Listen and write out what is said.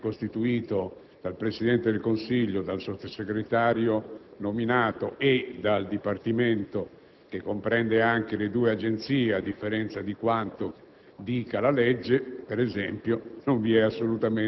che il sistema di sicurezza è costituito dal Presidente del Consiglio, dal Sottosegretario nominato e dal Dipartimento, che comprende anche le due Agenzie, a differenza di quanto